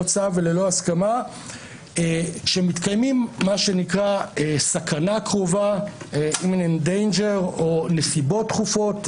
צו וללא הסכמה כאשר מתקיימת מה שנקרא סכנה קרובה או נסיבות דחופות